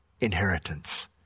Inheritance